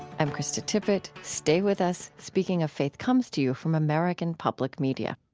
i'm krista tippet. stay with us. speaking of faith comes to you from american public media